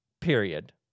period